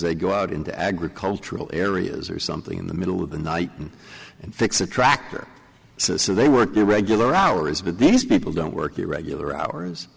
they go out into agricultural areas or something in the middle of the night and fix a tractor says they work the regular hours but these people don't work irregular hours